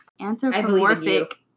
Anthropomorphic